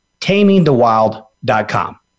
tamingthewild.com